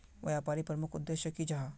व्यापारी प्रमुख उद्देश्य की जाहा?